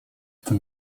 ten